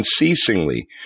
unceasingly